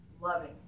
loving